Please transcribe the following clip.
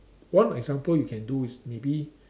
one example you can do is maybe